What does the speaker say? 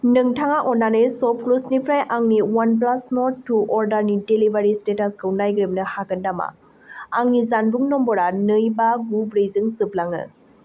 नोंथाङा अन्नानै सप क्लुसनिफ्राय आंनि वान प्लास नट टु अर्डारनि डेलिभारि स्टेटासखौ नायग्रोबनो हागोन नामा आंनि जानबुं नम्बरा नै बा गु ब्रैजों जोबलाङो